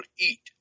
eat